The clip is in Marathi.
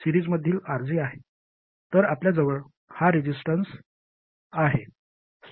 तर आपल्याजवळ हा रेसिस्टन्स आहे